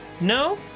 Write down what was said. No